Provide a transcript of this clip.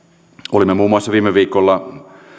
olimme muun muassa viime viikolla